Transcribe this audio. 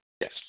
Yes